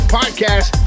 podcast